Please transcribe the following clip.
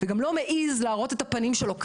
שגם לא מעז להראות את הפנים שלו כאן.